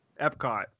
Epcot